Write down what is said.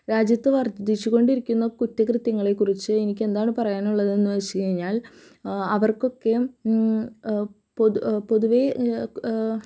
രാജ്യത്ത് വർദ്ധിച്ചു കൊണ്ടിരിക്കുന്ന കുറ്റകൃത്യങ്ങളെ കുറിച്ച് എനിക്ക് എന്താണ് പറയാനുള്ളതെന്ന് വെച്ച് കഴിഞ്ഞാൽ അവർക്കൊക്കെയും പൊത് പൊതുവേ